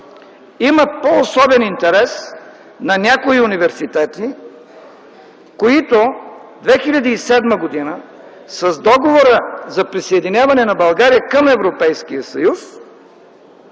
има по-особен интерес на някои университети, които в 2007 г. с Договора за присъединяване на България към Европейския съюз